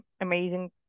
amazing